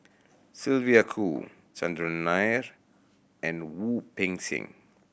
Sylvia Kho Chandran Nair and Wu Peng Seng